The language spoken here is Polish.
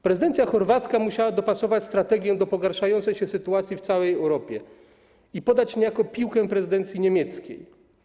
Prezydencja chorwacka musiała dopasować strategię do pogarszającej się sytuacji w całej Europie i podać niejako piłkę prezydencji niemieckiej.